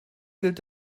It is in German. gilt